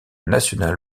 national